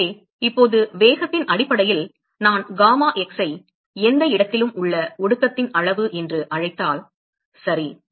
எனவே இப்போது வேகத்தின் அடிப்படையில் நான் gamma x ஐ எந்த இடத்திலும் உள்ள ஒடுக்கத்தின் அளவு என்று அழைத்தால் சரி